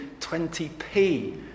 20p